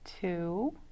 two